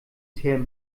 term